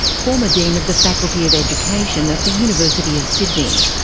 former dean of the faculty of education at the university of sydney.